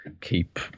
keep